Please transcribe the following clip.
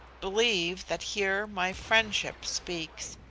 believe that here my friendship speaks,